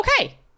Okay